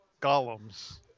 golems